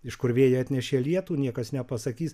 iš kur vėjai atnešė lietų niekas nepasakys